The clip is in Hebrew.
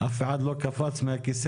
אף אחד לא קפץ מהכיסא.